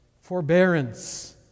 forbearance